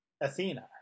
Athena